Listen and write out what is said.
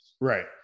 Right